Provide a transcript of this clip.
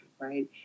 right